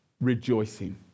rejoicing